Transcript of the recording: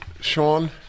Sean